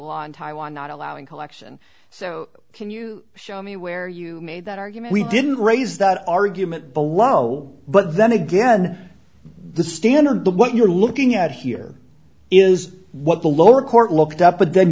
law in taiwan not allowing collection so can you show me where you made that argument we didn't raise that argument below but then again the standard but what you're looking at here is what the lower court looked up